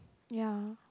ya